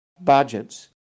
budgets